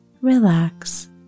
relax